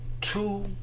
two